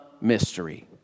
mystery